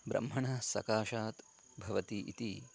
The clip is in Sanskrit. ब्रह्मणः सकाशात् भवति इति